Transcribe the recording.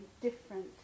different